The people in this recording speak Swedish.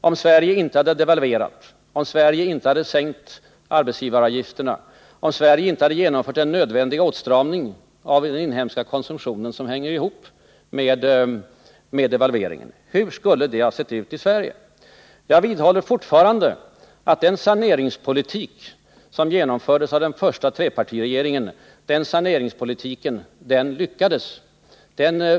Om Sverige inte hade devalverat, om Sverige inte hade sänkt arbetsgivaravgifterna och om Sverige inte hade genomfört den nödvändiga åtstramning av den inhemska konsumtionen som hänger ihop med devalveringen, hur skulle det då ha sett ut i Sverige? Jag vidhåller fortfarande att den saneringspolitik som genomfördes av den första trepartiregeringen lyckades.